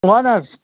وَن حظ